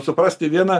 suprasti viena